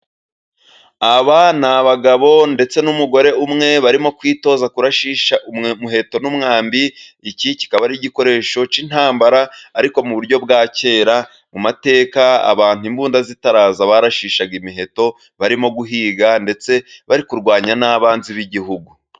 Aba ni abagabo ndetse n’umugore umwe, barimo kwitoza kurashisha umuheto n’umwambi. Iki kikaba ari igikoresho cy’intambara, ariko mu buryo bwa kera, mu mateka, abantu imbunda zitaraza, barashishaga imiheto, barimo guhiga ndetse bari kurwanya n’abanzi b’igihugu.